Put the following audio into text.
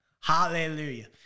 Hallelujah